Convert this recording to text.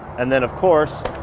and then of course